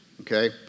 okay